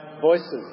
voices